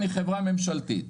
אני חברה ממשלתית.